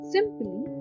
Simply